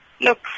Look